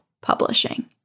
publishing